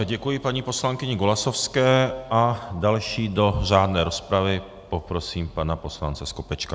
Děkuji paní poslankyni Golasowské a dalšího do řádné rozpravy poprosím pana poslance Skopečka.